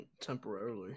Temporarily